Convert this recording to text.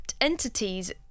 entities